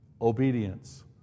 Obedience